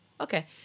Okay